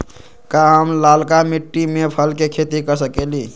का हम लालका मिट्टी में फल के खेती कर सकेली?